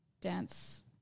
dance